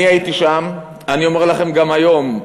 אני הייתי שם, אני אומר לכם גם היום: